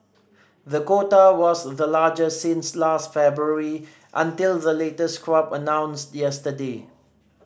the quota was the largest since last February until the latest crop announced yesterday